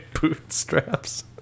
bootstraps